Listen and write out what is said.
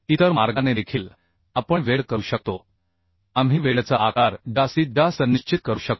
इतर मार्गाने देखील आपण वेल्ड करू शकतो आपण वेल्डचा आकार जास्तीत जास्त निश्चित करू शकतो